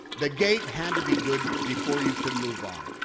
the gate had to be good before you could move on.